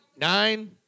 nine